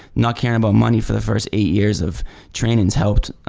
not caring about money for the first eight years of trainings helped,